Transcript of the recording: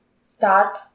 start